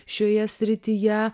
šioje srityje